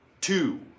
two